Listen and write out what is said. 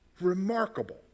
remarkable